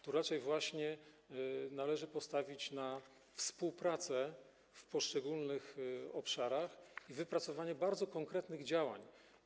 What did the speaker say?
Tu raczej należy postawić na współpracę w poszczególnych obszarach i wypracowanie bardzo konkretnych działań.